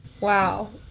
Wow